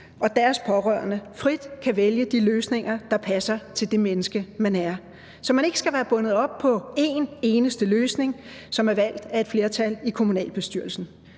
og deres pårørende frit kan vælge de løsninger, der passer til det menneske, man er; så man ikke skal være bundet op på en eneste løsning, som er valgt af et flertal i kommunalbestyrelsen.